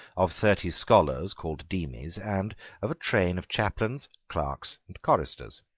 of thirty scholars called demies, and of a train of chaplains, clerks, and choristers.